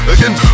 Again